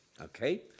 Okay